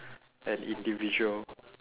an individual